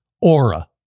Aura